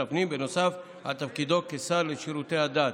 הפנים בנוסף לתפקידו כשר לשירותי דת.